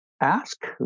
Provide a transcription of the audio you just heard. ask